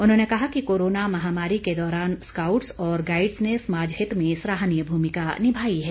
उन्होंने कहा कि कोरोना महामारी के दौरान स्काउटस और गाईडस ने समाज हित में सराहनीय भूमिका निभाई है